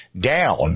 down